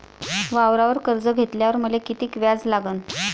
वावरावर कर्ज घेतल्यावर मले कितीक व्याज लागन?